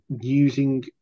using